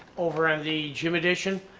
over on the gym edition,